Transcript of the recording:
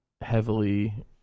heavily –